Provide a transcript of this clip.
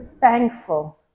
thankful